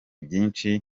byinshi